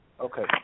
Okay